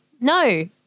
No